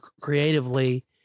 creatively